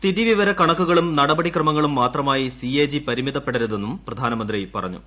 സ്ഥിതിവിവര കണക്കുകളും നടപടിക്രമങ്ങളും മാത്രമായി സി എ ജി പരിമിതപ്പെടരുതെന്നും പ്രധാനമന്ത്രി പറഞ്ഞു